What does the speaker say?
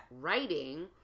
writing